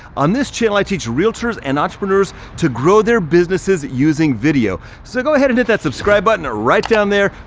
on this channel, i teach realtors and entrepreneurs to grow their businesses using video. so go ahead and hit that subscribe button right down there,